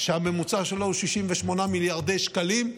שהממוצע שלו הוא 68 מיליארד שקלים,